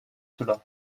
cela